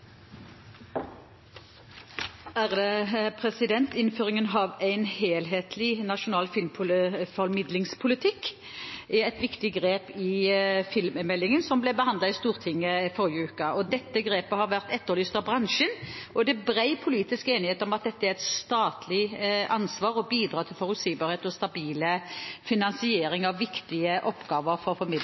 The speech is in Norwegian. anses vedtatt. Innføringen av en helhetlig, nasjonal filmformidlingspolitikk er et viktig grep i filmmeldingen som ble behandlet i Stortinget forrige uke. Dette grepet har vært etterlyst av bransjen. Det er bred politisk enighet om at det er et statlig ansvar å bidra til forutsigbar og stabil finansiering av viktige oppgaver for